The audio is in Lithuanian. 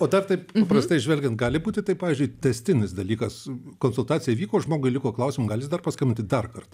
o dar taip paprastai žvelgiant gali būti tai pavyzdžiui tęstinis dalykas konsultacija įvyko žmogui liko klausimų gali jis dar paskambinti dar kartą